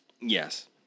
Yes